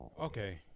Okay